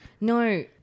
No